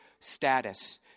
status